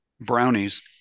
Brownies